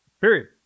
Period